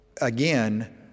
again